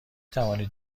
توانید